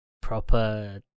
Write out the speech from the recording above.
proper